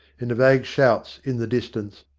in the vague shouts in the distance,